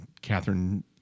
Catherine